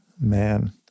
Man